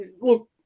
Look